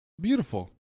Beautiful